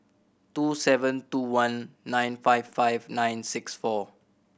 two seven two one nine five five nine six four